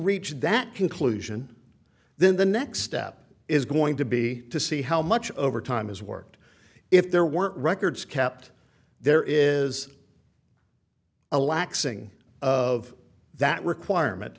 reach that conclusion then the next step is going to be to see how much overtime is worked if there were records kept there is a lack sing of that requirement